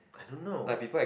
don't know